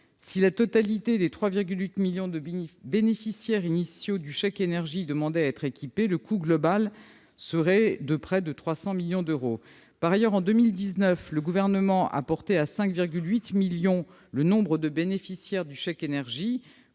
si la totalité des 3,8 millions de bénéficiaires initiaux du chèque énergie demandaient à être équipés, le coût global du dispositif pourrait être de l'ordre de 272 millions d'euros. Par ailleurs, en 2019, le Gouvernement a porté à 5,8 millions le nombre de bénéficiaires du chèque énergie,